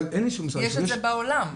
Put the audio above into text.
אבל אין אישור משרד הרישוי.